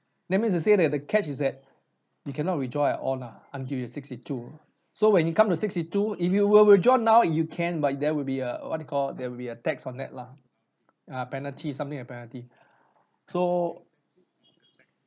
that means to say that the catch is that you cannot withdraw at all lah until you are sixty two so when you come to sixty two if you were withdraw now you can but there will be a what you call there will be a tax on that lah uh penalty something like penalty so